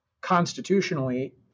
constitutionally